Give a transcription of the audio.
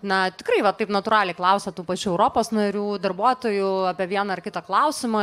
na tikrai va taip natūraliai klausia tų pačių europos narių darbuotojų apie vieną ar kitą klausimą